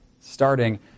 Starting